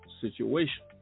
situation